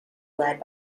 led